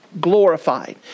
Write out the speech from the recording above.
glorified